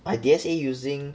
I D_S_A using